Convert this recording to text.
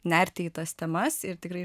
nerti į tas temas ir tikrai